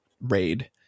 raid